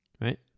right